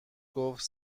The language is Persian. گفت